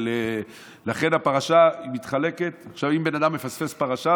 אם בן אדם מפספס פרשה,